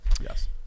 yes